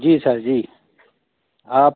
जी sir जी आप